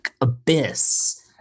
abyss